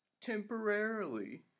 Temporarily